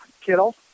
Kittle